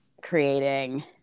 creating